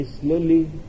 slowly